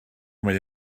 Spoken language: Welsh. mae